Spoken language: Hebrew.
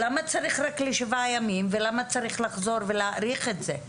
למה צריך רק לשבעה ימים ולמה צריך לחזור ולהעריך את זה?